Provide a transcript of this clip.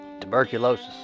tuberculosis